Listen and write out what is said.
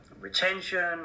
retention